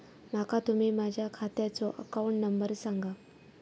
माका तुम्ही माझ्या खात्याचो अकाउंट नंबर सांगा?